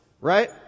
right